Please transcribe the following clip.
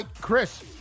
Chris